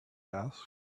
asked